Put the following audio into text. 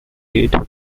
date